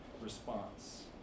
response